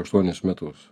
aštuonis metus